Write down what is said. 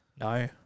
No